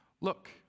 look